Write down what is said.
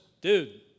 dude